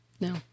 No